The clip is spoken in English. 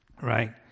right